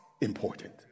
important